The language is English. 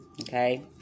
Okay